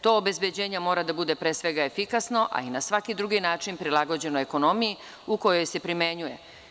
To obezbeđenje mora da bude pre svega efikasno, a i na svaki drugi način prilagođeno ekonomiji u kojoj se primenjuje.